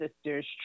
sisters